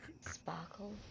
sparkle